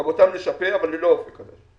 גם אותם נשפה, אבל ללא אופק חדש.